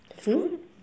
food